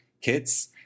kits